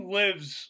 lives